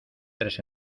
tres